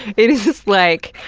it is, like,